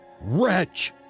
wretch